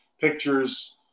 pictures